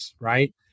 right